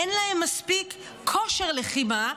אין להם מספיק כושר לחימה,